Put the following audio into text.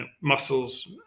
muscles